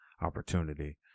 opportunity